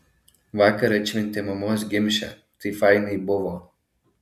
vakar atšventėm mamos gimšę tai fainai buvo